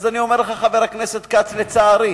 אז אני אומר לך, חבר הכנסת כץ, לצערי,